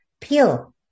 peel